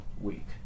week